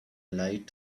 light